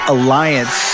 Alliance